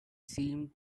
seemed